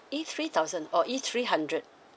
E three thousand or E three hundred